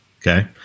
Okay